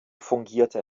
fungierte